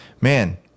man